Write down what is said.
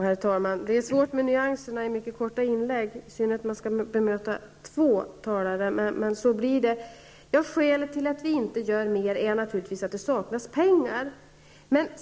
Herr talman! Det är svårt med nyanserna i mycket korta inlägg, i synnerhet när man skall bemöta två talare. Skälet till att vi inte gör mer är naturligtvis att det saknas pengar.